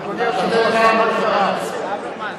נא לתת לו רמקול.